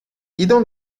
idą